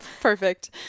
Perfect